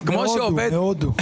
למרות שיש בעיה,